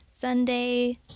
Sunday